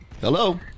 Hello